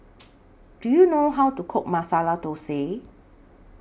Do YOU know How to Cook Masala Thosai